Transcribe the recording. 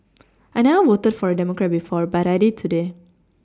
I never voted for a Democrat before but I did today